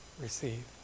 receive